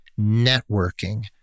networking